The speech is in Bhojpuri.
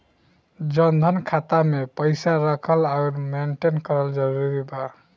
जनधन खाता मे पईसा रखल आउर मेंटेन करल जरूरी बा?